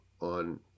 on